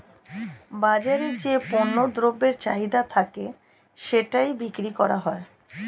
বাজারে যে পণ্য দ্রব্যের চাহিদা থাকে সেটাই বিক্রি করা হয়